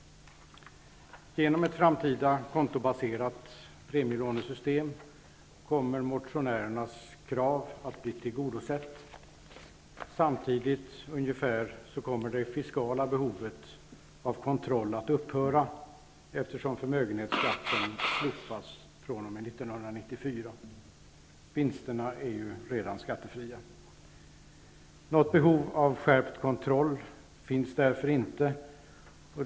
Genom ett framtida kontobaserat premielånesystem kommer motionärernas krav att bli tillgodosett. Ungefär samtidigt kommer det fiskala behovet av kontroll att upphöra, eftersom förmögenhetsskatten slopas från och med år 1994. Vinsterna är ju redan skattefria. Något behov av skärpt kontroll finns därför inte.